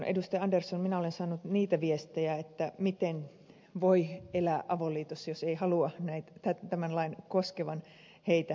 andersson minä olen saanut sellaisia viestejä miten voi elää avoliitossa jos ei halua tämän lain koskevan heitä